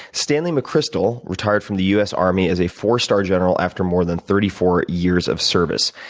stanley mcchrystal retired from the u s. army as a four-star general after more than thirty four years of service.